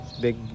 big